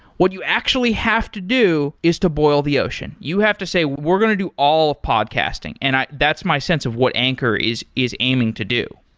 what you actually have to do is to boil the ocean. you have to say, we're going to do all of podcasting, and i that's my sense of what anchor is is aiming to do.